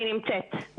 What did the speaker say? אני נמצאת.